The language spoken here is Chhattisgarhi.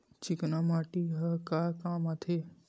चिकना माटी ह का काम आथे?